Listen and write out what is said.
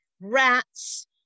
rats